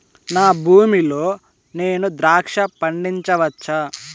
నా భూమి లో నేను ద్రాక్ష పండించవచ్చా?